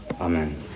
Amen